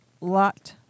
lot